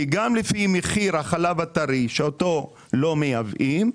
כי גם לפי מחיר החלב הטרי שאותו לא מייבאים,